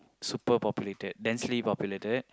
super populated densely populated